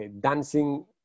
Dancing